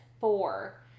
Four